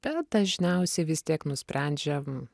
bet dažniausiai vis tiek nusprendžiam